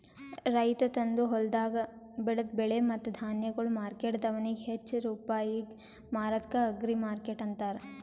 ರೈತ ತಂದು ಹೊಲ್ದಾಗ್ ಬೆಳದ ಬೆಳೆ ಮತ್ತ ಧಾನ್ಯಗೊಳ್ ಮಾರ್ಕೆಟ್ದವನಿಗ್ ಹಚ್ಚಾ ರೂಪಾಯಿಗ್ ಮಾರದ್ಕ ಅಗ್ರಿಮಾರ್ಕೆಟ್ ಅಂತಾರ